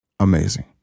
Amazing